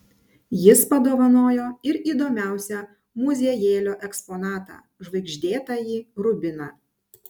jis padovanojo ir įdomiausią muziejėlio eksponatą žvaigždėtąjį rubiną